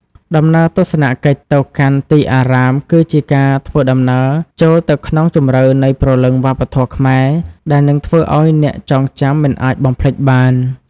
ដំណើរទស្សនកិច្ចទៅកាន់ទីអារាម គឺជាការធ្វើដំណើរចូលទៅក្នុងជម្រៅនៃព្រលឹងវប្បធម៌ខ្មែរ ដែលនឹងធ្វើឱ្យអ្នកចងចាំមិនអាចបំភ្លេចបាន។